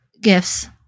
Gifts